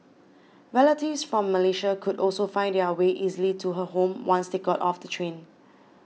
relatives from Malaysia could also find their way easily to her home once they got off the train